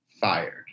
fired